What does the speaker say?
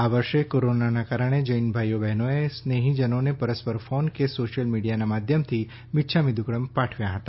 આ વર્ષે કોરોનાના કારણે જૈન ભાઇઓ બહેનોએ સ્નેહીજનોને પરસ્પર ફોન કે સોશિયલ મીડિયાના માધ્યમથી મિચ્છામી દુક્કડમ પાઠવ્યા હતા